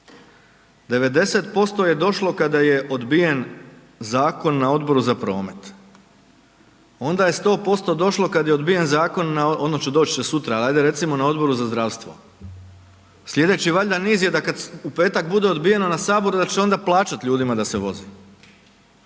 90% je došlo kada je odbijen zakon na Odboru za promet. Onda je 100% kad je došlo kad je odbijen zakon, odnosno doći će sutra ali ajde recimo na Odboru za zdravstvo, slijedeći valjda niz je da kad u petak bude odbijen na Saboru da će onda plaćati ljudima da se voze.